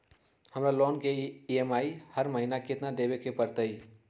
हमरा लोन के ई.एम.आई हर महिना केतना देबे के परतई?